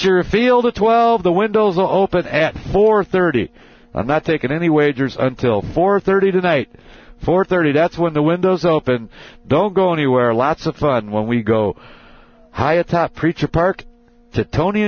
your field of twelve the windows open at four thirty i'm not taking any wagers until four thirty tonight four thirty that's when the windows open don't go anywhere lots of fun when we go high atop preacher park to tony